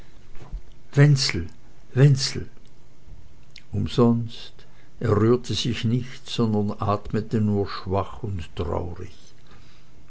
wenzel wenzel umsonst er rührte sich nicht sondern atmete nur schwach und traurig